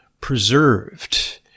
preserved